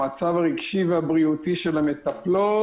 המצב הרגשי והבריאותי של המטפלות,